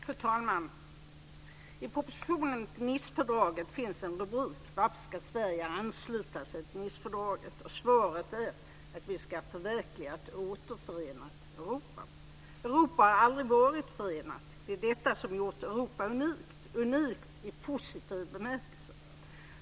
Fru talman! I propositionen till Nicefördraget finns en rubrik Varför skall Sverige ansluta sig till Nicefördraget?, och svaret är att vi ska förverkliga ett Europa har aldrig varit förenat. Det är detta som har gjort Europa unikt, unikt i positiv bemärkelse.